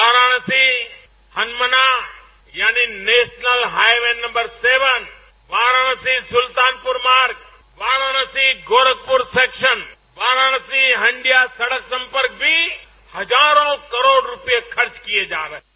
वाराणसी हनमना यानी national highway number seven Varanasi Sultanpur मार्ग Varanasi Gorakhpur section Varanasi Handia सड़क संपर्क भी हजारों करोड़ रुपये खर्च किए जा रहे हैं